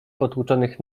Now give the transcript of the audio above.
potłuczonych